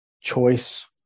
choice